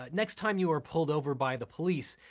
ah next time you are pulled over by the police,